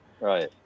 right